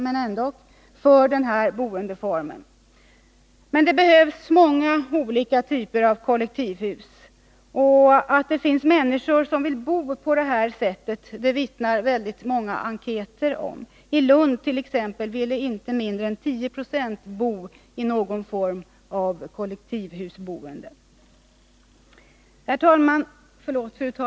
Men det behövs många olika typer av kollektivhus. Att det finns människor som vill bo på detta sätt vittnar många enkäter om. I Lund ville t.ex. inte mindre än 10 26 bo kollektivt i någon form. Fru talman!